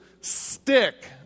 stick